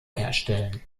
herstellen